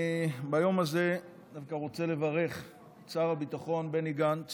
ביום הזה אני דווקא רוצה לברך את שר הביטחון בני גנץ